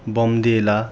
बौम्देला